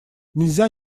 нельзя